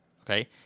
okay